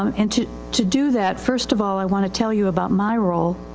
um, and to, to do that first of all i want to tell you about my role.